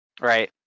right